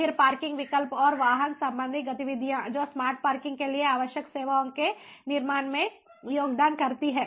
फिर पार्किंग विकल्प और वाहन संबंधी गतिविधियाँ जो स्मार्ट पार्किंग के लिए आवश्यक सेवाओं के निर्माण में योगदान करती हैं